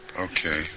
Okay